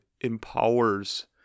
empowers